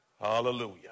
Hallelujah